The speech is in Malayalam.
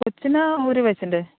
കൊച്ചിന് ഒരു വയസ്സിന്റെ